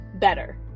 better